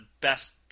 best